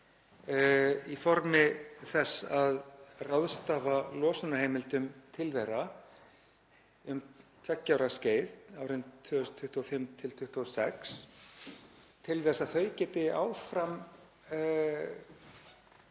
í formi þess að ráðstafa losunarheimildum til þeirra um tveggja ára skeið, árin 2025–2026, til þess að þau geti áfram fengið